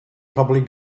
probably